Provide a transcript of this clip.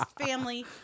family